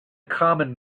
common